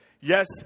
Yes